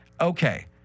Okay